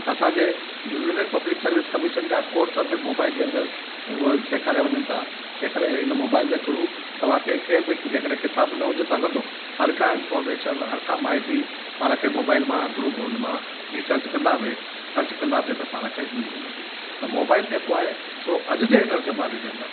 असांजे union public service commission जा course बि मोबाइल जे अंदरि हूअ सेखारे वञनि था तंहिं करे इन मोबाइल जे थ्रू तव्हांखे कंहिं बि जे कॾहिं किताब न हुजे त हलंदो हर का इंफॉर्मेशन हर का माइती पाण खे मोबाइल मां ग्रुप उनमां रीसर्च कंदासीं सर्च कंदासीं त पाण खे मिली वञे थो त मोबाइल जेको आहे सो अॼु जे हिन जमाने जे अंदरि